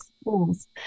schools